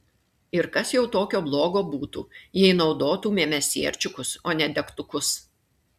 ir kas jau tokio blogo būtų jei naudotumėme sierčikus o ne degtukus